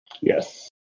yes